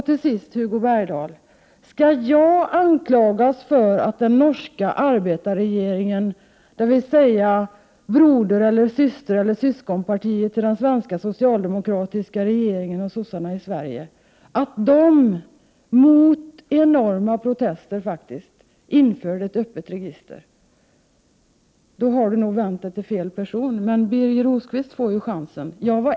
Till sist, Hugo Bergdahl: Skall jag anklagas för att den norska arbetarregeringen, dvs. syskonpartiet till den svenska socialdemokratiska regeringen och sossarna i Sverige, faktiskt emot enorma protester, införde ett öppet register? Då har Hugo Bergdahl nog vänt sig till fel person — men Birger Rosqvist får ju chansen att svara senare.